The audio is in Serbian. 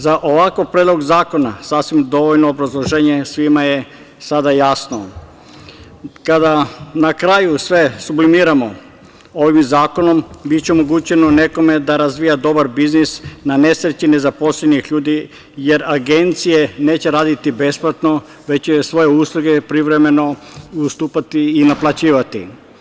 Za ovakav predlog zakona sasvim dovoljno obrazloženje, svima je sada jasno, kada na kraju sve sublimiramo, ovim zakonom biće omogućeno nekome da razvija dobar biznis na nesreći nezaposlenih ljudi, jer agencije neće raditi besplatno, već će svoje usluge privremeno ustupati i naplaćivati.